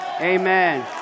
Amen